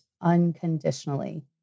unconditionally